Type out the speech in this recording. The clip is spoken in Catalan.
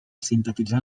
sintetitzar